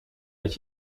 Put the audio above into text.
dat